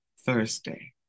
Thursday